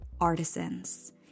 artisans